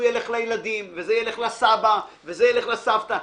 הוא ילך לילדים וזה ילך לסבא וזה ילך לסבתא.